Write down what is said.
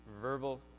verbal